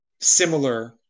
similar